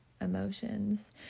emotions